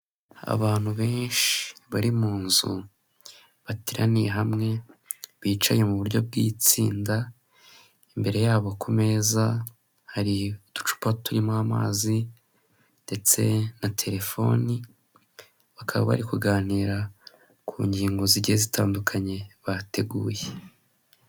Abantu benshi bari mu nzu bateraniye hamwe bicaye mu buryo bw'itsinda, imbere yabo ku meza hari uducupa turimo amazi ndetse na terefoni, bakaba bari kuganira ku ngingo zigera zitandukanye bateguye.